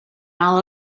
all